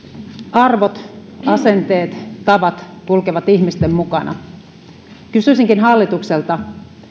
arvot asenteet ja tavat kulkevat ihmisten mukana kysyisinkin hallitukselta